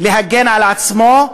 להגן על עצמו,